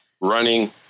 running